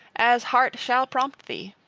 as heart shall prompt thee.